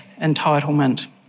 entitlement